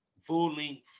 full-length